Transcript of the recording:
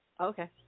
Okay